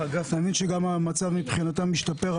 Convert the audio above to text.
האמת שגם המצב מבחינתם השתפר,